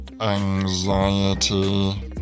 anxiety